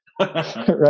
Right